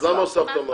אז למה הוספת מע"מ?